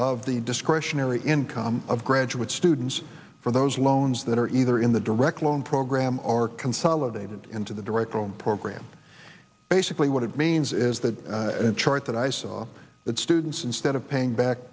of the discretionary income of graduate students from those loans that are either in the direct loan program or consolidated into the director of the program basically what it means is that chart that i saw that students instead of paying back